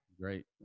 Great